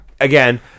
Again